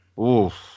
oof